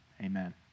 Amen